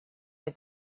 mit